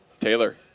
Taylor